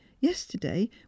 yesterday